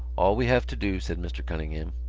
all we have to do, said mr. cunningham,